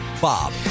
Bob